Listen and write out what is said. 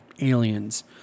aliens